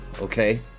Okay